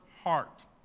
heart